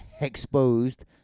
exposed